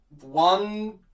One